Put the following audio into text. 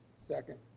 second.